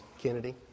Kennedy